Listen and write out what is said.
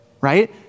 Right